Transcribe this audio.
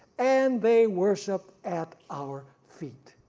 and they worship at our feet.